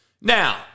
Now